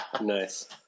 nice